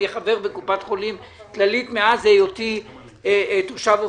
אני חבר בקופת חולים כללית מאז היותי תושב אופקים.